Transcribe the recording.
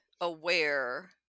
aware